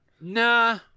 Nah